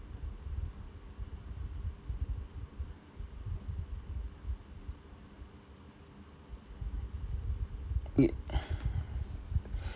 it